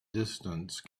distance